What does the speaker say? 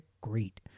great